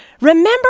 Remember